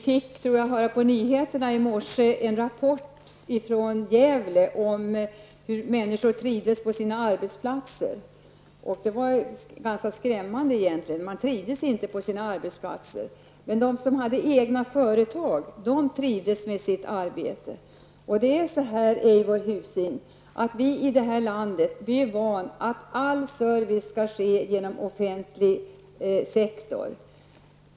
Herr talman! På nyheterna i morse kunde vi höra en rapport från Gävle om hur människor trivs på sin arbetsplatser. Resultatet var egentligen ganska skrämmande -- man trivs inte på sin arbetsplats. Men de som hade egna företag trivdes med sitt arbete. Här i landet är vi vana vid att all service skall ske genom offentlig sektor.